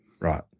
Right